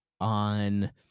on